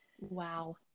Wow